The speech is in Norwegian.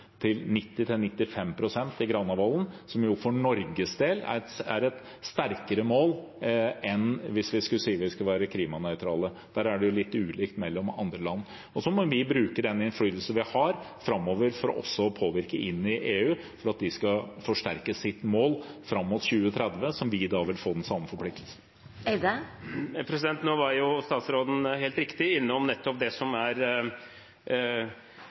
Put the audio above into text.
som for Norges del er et sterkere mål enn hvis vi skulle ha sagt at vi skal være klimanøytrale. Det er litt ulikt mellom ulike land. Vi må bruke den innflytelsen vi har framover til også å påvirke EU, for at de skal forsterke sitt mål fram mot 2030, der vi også vil få den samme forpliktelsen. Statsråden var helt riktig innom det som er